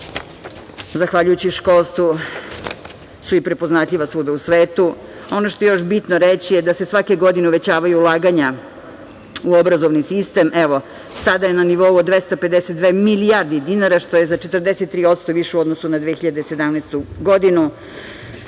zahvaljujući školstvu su i prepoznatljiva svuda u svetu. Ono što je još bitno reći je da se svake godine uvećavaju ulaganja u obrazovni sistem. Evo, sada je na nivou od 252 milijarde dinara, što je za 43% više u odnosu na 2017. godinu. Šta